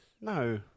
No